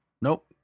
nope